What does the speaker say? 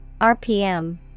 RPM